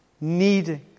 needing